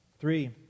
Three